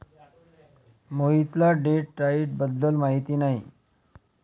मोहितला date diet बद्दल माहिती नाही